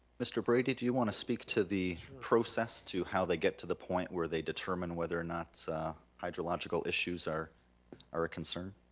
mr. brady do you wanna speak to the process to how they get to the point where they determine whether or not so hydrological issues are a concern?